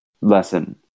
lesson